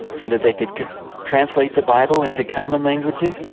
so that they could could translate the bible into common languages,